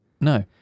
no